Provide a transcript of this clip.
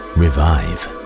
revive